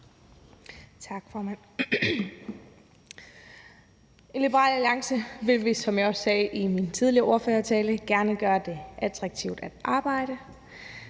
Tak, formand. I Liberal Alliance vil vi, som jeg også sagde i min tidligere ordførertale, gerne gøre det attraktivt at arbejde.